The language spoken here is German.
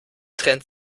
trennt